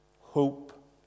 hope